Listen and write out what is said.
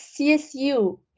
CSU